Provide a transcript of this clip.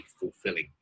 fulfilling